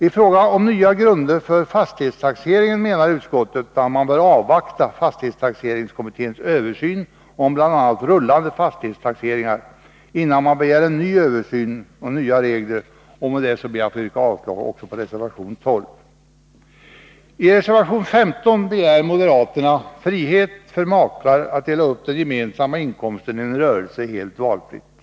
I fråga om nya grunder för fastighetstaxeringen menar utskottet att man bör avvakta fastighetstaxeringskommitténs översyn av bl.a. rullande fastighetstaxeringar, innan man begär en ny översyn och nya regler. Med detta yrkar jag avslag på reservation 12. I reservation 15 begär moderaterna frihet för makar att dela upp den gemensamma inkomsten i en rörelse helt valfritt.